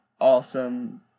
awesome